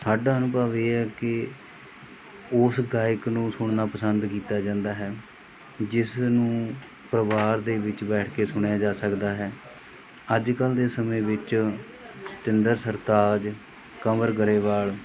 ਸਾਡਾ ਅਨੁਭਵ ਇਹ ਹੈ ਕਿ ਉਸ ਗਾਇਕ ਨੂੰ ਸੁਣਨਾ ਪਸੰਦ ਕੀਤਾ ਜਾਂਦਾ ਹੈ ਜਿਸ ਨੂੰ ਪਰਿਵਾਰ ਦੇ ਵਿੱਚ ਬੈਠ ਕੇ ਸੁਣਿਆ ਜਾ ਸਕਦਾ ਹੈ ਅੱਜ ਕੱਲ੍ਹ ਦੇ ਸਮੇਂ ਵਿੱਚ ਸਤਿੰਦਰ ਸਰਤਾਜ ਕੰਵਰ ਗਰੇਵਾਲ